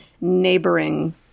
neighboring